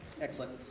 excellent